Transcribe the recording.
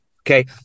Okay